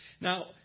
Now